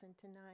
tonight